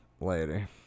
Later